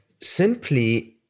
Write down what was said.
simply